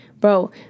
bro